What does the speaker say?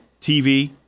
TV